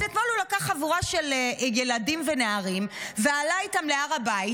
אז אתמול הוא לקח חבורה של ילדים ונערים ועלה איתם להר הבית.